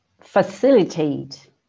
facilitate